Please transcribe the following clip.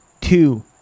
two